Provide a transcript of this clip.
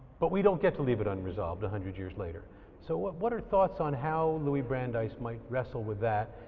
but we don't get to leave it unresolved a hundred years later sso what are thoughts on how louie brandeis might wrestle with that,